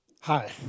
Hi